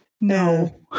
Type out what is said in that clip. no